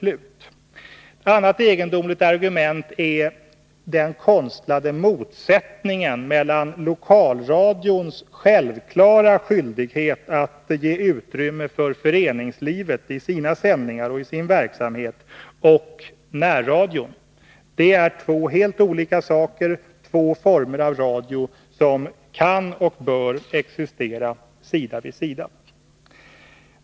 Ett annat egendomligt argument är den konstlade motsättningen mellan närradion och lokalradions självklara skyldighet att i sin verksamhet ge utrymme för föreningslivet. Det är två helt olika former av radio, som kan och bör existera sida vid sida.